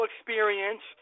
experience